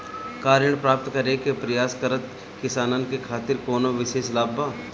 का ऋण प्राप्त करे के प्रयास करत किसानन के खातिर कोनो विशेष लाभ बा